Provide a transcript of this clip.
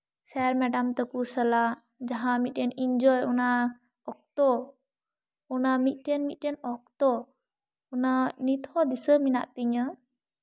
ᱥᱮᱨ madam ᱛᱟᱠᱚ ᱥᱟᱞᱟᱜ ᱡᱟᱦᱟᱸ ᱢᱤᱫᱴᱮᱱ ᱤᱱᱡᱚᱭ ᱚᱱᱟ ᱚᱠᱛᱚ ᱚᱱᱟ ᱢᱤᱫᱴᱮᱱ ᱢᱤᱫᱴᱮᱱ ᱚᱠᱛᱚ ᱚᱱᱟ ᱱᱤᱛ ᱦᱚᱸ ᱫᱤᱥᱟᱹ ᱢᱮᱱᱟᱜ ᱛᱤᱧᱟ